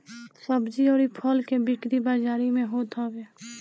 सब्जी अउरी फल के बिक्री बाजारी में होत हवे